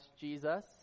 Jesus